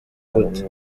gute